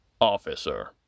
Officer